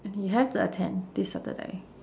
you have to attend this Saturday